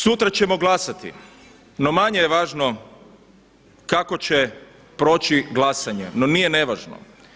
Sutra ćemo glasati, no manje je važno kako će proći glasanje, no nije nevažno.